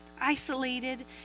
isolated